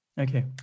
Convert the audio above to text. Okay